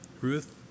Ruth